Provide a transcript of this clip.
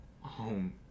home